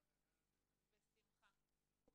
בבקשה.